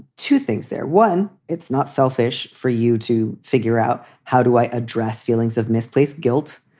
two things there. one. it's not selfish for you to figure out how do i address feelings of misplaced guilt?